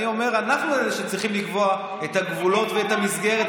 אני אומר: אנחנו אלה שצריכים לקבוע את הגבולות ואת המסגרת,